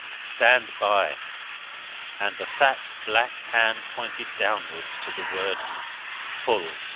stand by and the fat black hand pointed downwards to the word full,